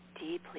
deeply